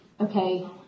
okay